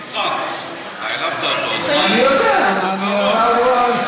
יצחק, אתה העלבת אותו, אני יודע, תשמע.